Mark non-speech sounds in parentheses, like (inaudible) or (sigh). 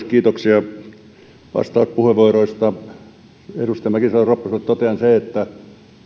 (unintelligible) kiitoksia vastauspuheenvuoroista edustaja mäkisalo ropposelle totean sen että